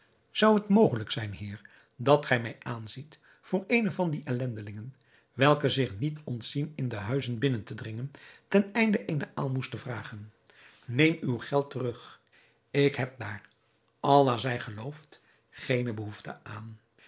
zou het mogelijk zijn heer dat gij mij aanziet voor eene van die ellendigen welke zich niet ontzien in de huizen binnen te dringen ten einde eene aalmoes te vragen neem uw geld terug ik heb daar allah zij geloofd geene behoefte aan